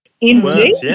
Indeed